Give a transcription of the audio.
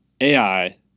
AI